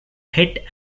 hit